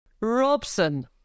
Robson